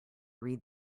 read